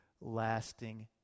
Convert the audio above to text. lasting